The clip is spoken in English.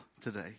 today